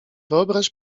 wyobraź